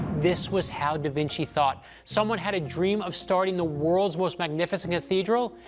this was how da vinci thought. someone had a dream of starting the world's most magnificent cathedral,